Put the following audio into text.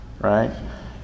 right